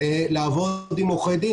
לעבוד עם עורכי דין,